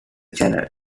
channel